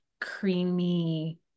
creamy